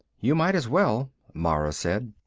you might as well, mara said.